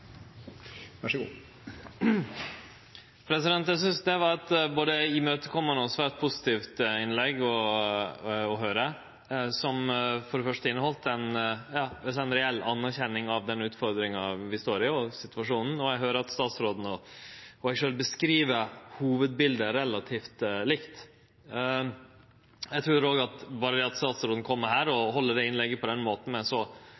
for så eventuelt å komme tilbake til spørsmålet om hvordan staten skal forholde seg til NS-barna. Eg synest det var eit både imøtekomande og svært positivt innlegg å høyre, som for det første inneheldt ei reell anerkjenning av den utfordringa og situasjonen vi står i, og eg høyrer at statsråden og eg sjølv beskriv hovudbiletet relativt likt. Eg trur òg at berre det at statsråden kjem her og held innlegget på den måten med